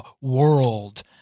world